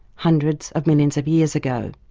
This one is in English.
hundreds of millions of years ago.